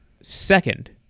second